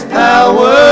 power